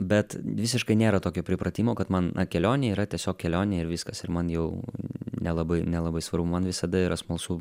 bet visiškai nėra tokio pripratimo kad man na kelionė yra tiesiog kelionė ir viskas ir man jau nelabai nelabai svarbu man visada yra smalsu